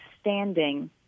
standing